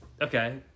Okay